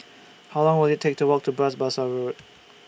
How Long Will IT Take to Walk to Bras Basah Road